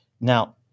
Now